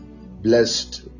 blessed